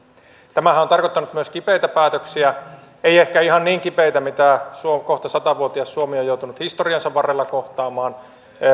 tämähän on on tarkoittanut myös kipeitä päätöksiä ei ehkä ihan niin kipeitä mitä kohta sata vuotias suomi on joutunut historiansa varrella kohtaamaan